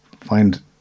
find